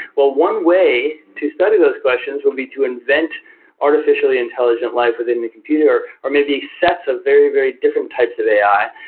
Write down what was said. well, one way to study those questions will be to invent artificially intelligent life within the computer or maybe sets of very, very different types of ai,